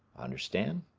understand?